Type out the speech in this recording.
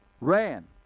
ran